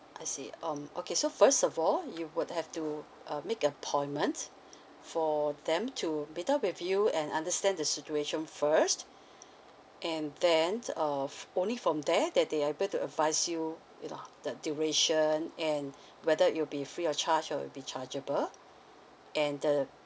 I see um okay so first of all you would have to uh make an appointment for them to meet up with you and understand the situation first and then uh f~ only from there that they are able to advise you you know the duration and whether it'll be free of charge or it'll be chargeable and the